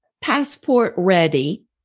passport-ready